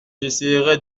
j’essaierai